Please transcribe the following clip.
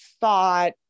thought